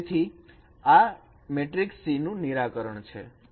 તેથી તે આ મેટ્રિક્સ C નું નિરાકરણ છે